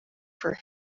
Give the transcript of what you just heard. for